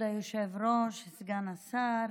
כבוד היושב-ראש, סגן השר,